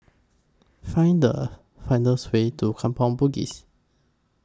Find The Way to Kampong Bugis